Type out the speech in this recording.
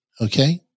okay